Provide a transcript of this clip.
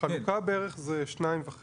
החלוקה זה בערך 2.5%,